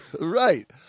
Right